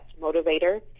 motivator